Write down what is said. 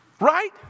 Right